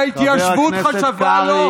שההתיישבות חשובה לו,